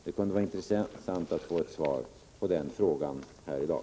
Det kunde vara intressant att få ett svar på den frågan här i dag.